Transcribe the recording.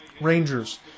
Rangers